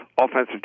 offensive